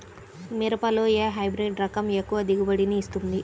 మిరపలో ఏ హైబ్రిడ్ రకం ఎక్కువ దిగుబడిని ఇస్తుంది?